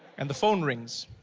and the phone rings